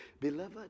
beloved